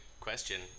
question